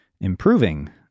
improving